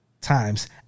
times